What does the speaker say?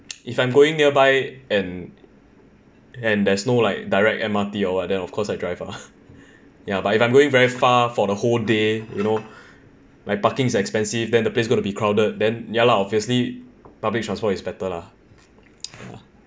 if I'm going nearby and and there's no like direct M_R_T or what then of course I drive lah ya but if I'm going very far for the whole day lor like parking is expensive then the place's gonna be crowded then ya lah obviously public transport it's better lah